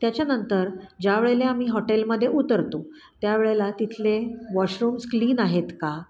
त्याच्यानंतर ज्या वेळेला आम्ही हॉटेलमध्ये उतरतो त्यावेळेला तिथले वॉशरूम्स क्लीन आहेत का